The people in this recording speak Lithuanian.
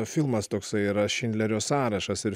filmas toksai yra šindlerio sąrašas ir